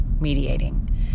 mediating